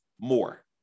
more